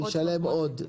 הוא ישלם עוד.